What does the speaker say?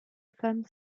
femme